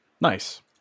nice